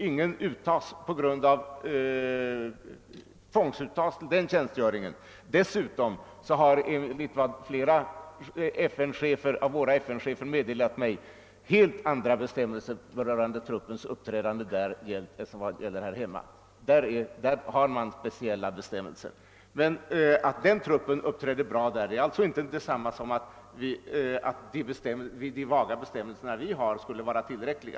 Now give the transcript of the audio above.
Ingen tvångsuttas till den tjänstgöringen. Enligt vad flera av våra FN chefer meddelat mig gäller dessutom helt andra bestämmelser för truppens uppträdande där än vad som gäller här hemma. Att FN-truppen uppträder bra är alltså inte alls något belägg för att de vaga bestämmelser vi har här hemma skuile vara tillräckliga.